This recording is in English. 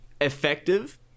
effective